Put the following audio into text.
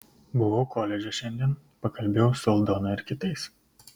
buvau koledže šiandien pakalbėjau su aldona ir kitais